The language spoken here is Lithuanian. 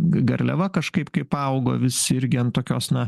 garliava kažkaip kaip augo visi irgi ant tokios na